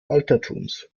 altertums